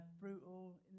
brutal